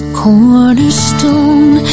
cornerstone